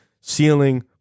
Ceiling